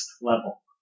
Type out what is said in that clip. level